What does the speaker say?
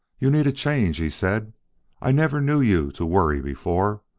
you need a change, he said i never knew you to worry before.